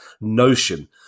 Notion